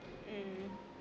mm